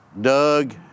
Doug